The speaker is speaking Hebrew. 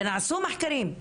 ונעשו מחקרים.